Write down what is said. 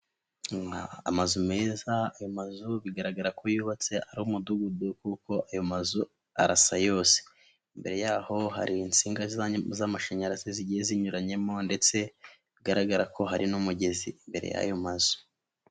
Amazu meza ayo mazu bigaragara ko yubatse ari umudugudu kuko ayo mazu arasa yose. Imbere yaho hari insinga z'amashanyarazi zigiye zinyuranyemo ndetse bigaragara ko hari n'umugezi imbere y'ayo mazu.